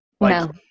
No